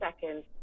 second